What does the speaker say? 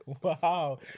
Wow